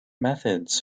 methods